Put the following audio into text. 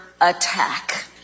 attack